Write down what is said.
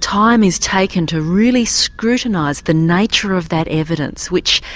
time is taken to really scrutinise the nature of that evidence which,